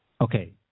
Okay